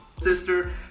Sister